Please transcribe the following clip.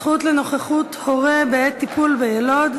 זכות לנוכחות הורה בעת טיפול ביילוד).